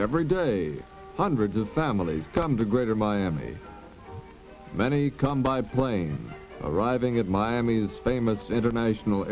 every day hundreds of families come to greater miami many come by plane arriving at miami's famous international